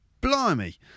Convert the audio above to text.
Blimey